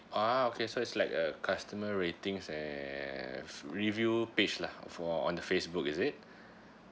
ah okay so it's like a customer ratings have review page lah of on the Facebook is it